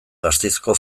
gasteizko